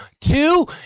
two